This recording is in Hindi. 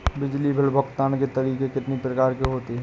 बिजली बिल भुगतान के तरीके कितनी प्रकार के होते हैं?